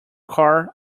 car